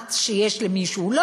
האחת שיש למישהו.